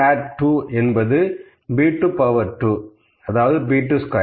B2 hot 2 என்பது B2 power 2 அதாவது 2